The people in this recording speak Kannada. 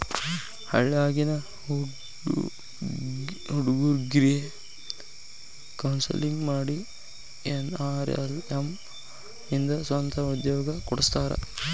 ಹಳ್ಳ್ಯಾಗಿನ್ ಹುಡುಗ್ರಿಗೆ ಕೋನ್ಸೆಲ್ಲಿಂಗ್ ಮಾಡಿ ಎನ್.ಆರ್.ಎಲ್.ಎಂ ಇಂದ ಸ್ವಂತ ಉದ್ಯೋಗ ಕೊಡಸ್ತಾರ